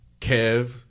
Kev